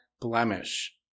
blemish